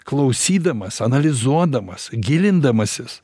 klausydamas analizuodamas gilindamasis